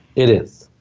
it is.